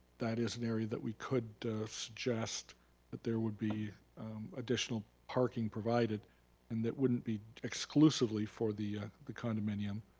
that is an area that we could suggest that there would be additional parking provided and that wouldn't be exclusively for the the condominium,